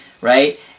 right